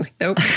Nope